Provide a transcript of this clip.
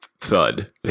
thud